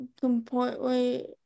completely